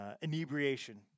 Inebriation